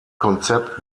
konzept